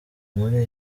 muri